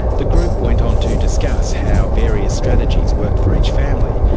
the group went on to discuss how various strategies worked for each family.